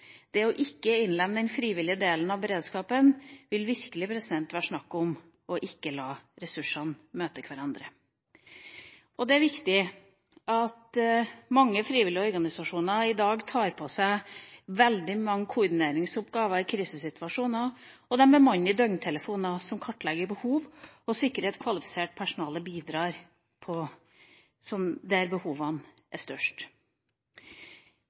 Det å ikke innlemme den frivillige delen av beredskapen vil virkelig være snakk om å ikke la ressursene møte hverandre. Det er viktig at mange frivillige organisasjoner i dag tar på seg veldig mange koordineringsoppgaver i krisesituasjoner, de bemanner døgntelefoner som kartlegger behov, og de sikrer at kvalifisert personale bidrar der behovene er størst.